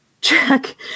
Jack